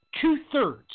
two-thirds